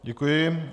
Děkuji.